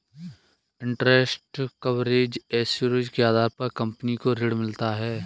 interest coverage ratio के आधार पर कंपनी को ऋण मिलता है